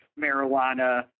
marijuana